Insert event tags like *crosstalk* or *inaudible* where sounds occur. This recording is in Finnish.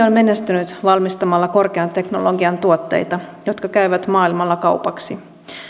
*unintelligible* on menestynyt valmistamalla korkean teknologian tuotteita jotka käyvät maailmalla kaupaksi